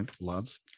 Loves